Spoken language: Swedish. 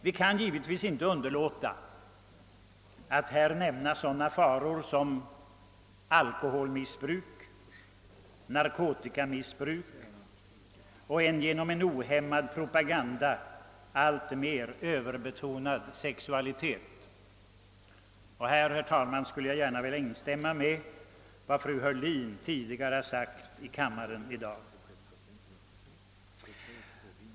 Vi kan givetvis inte underlåta att här nämna sådana faror som alkoholmissbruk, narkotikamissbruk och en genom en ohämmad propaganda alltmer överbetonad sexualitet. Jag skulle gärna, herr talman, vilja instämma med vad fru Heurlin tidigare i dag sagt i kammaren.